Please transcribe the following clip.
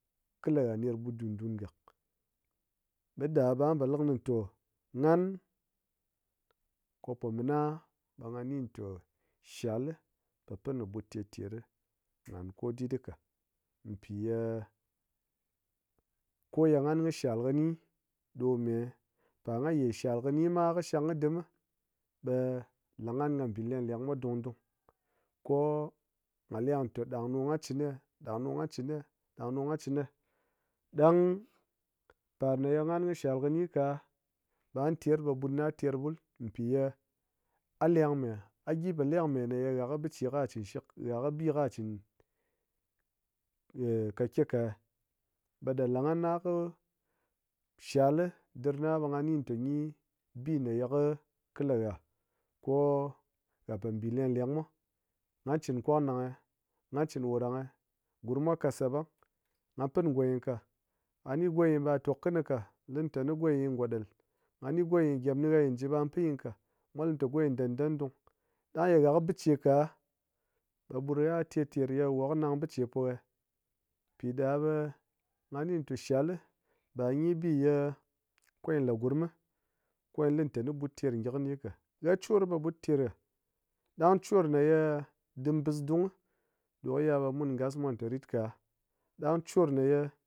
Kɨ la ha ɗer ɓut dun dun gak, ɓe ɗa ɓe nghan po likɨ ni aha tɔ, nghan ko po mina ɓe gha ni tɔ, shal lipo pin kɨ ɓut ter ter nghan kodit ka, pi ye ko ye nghan kɨ shal kɨni ɗo me, par ngha ye shal kɨni ma kɨ shang kɨ dim mi ɓe la nghan kɨ bi leng leng mwa dung dung ko ngha leng te ɗang ɗo ngha chin ne, ɗang ɗo ngha chine, ɗang ɗo ngha chine ɗang par ma ye nghan kɨ shal gyi ka ɓe ngha ter ɓe ɓut na ter ɓul pi ye ha leng me, a gyi po lengme mene ha kɨ biche ka chin shik- ha kɨ bi ka chin kake ka, ɓe ɗa langhan a'ko kɨ shal li ɗirna ɓe ngha ni tani gyi bi ye kɨ laha ko ha po mbi leng leng mwa, ngha chin kwang ɗang'e, ha chin koɗand'e, gurmmwa kas ha ɓang, ngha pi ngogyi ka, ha ni gogyi ɓe ha tok kɨgyi ka, li tani gogyi gi ɗel, ha ni gogyi ngyem niha gyi ji ɓe gha pin gyi ka, mwa lite gogyi dandən dung ɗang ye ha kɨ biche ka ɓe ɓut ha ter ter ye wa kɨ nang biche poha'e piɗa ɓe gha ni te shal li ba gyi bi ye kɨ gyi la gurm mi ko gyi li tani ɓut ter gyi kɨgyi ka. Ha chor ɓe ɓut ter ha, ɗang chor ye dim bis dung gyi ɗo ya ɓe ngasmwa li te ritka ɗang chor ne ye